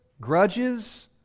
grudges